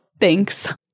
thanks